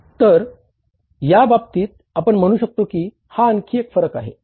तर या बाबतीत आपण म्हणू शकते की हा आणखी एक फरक आहे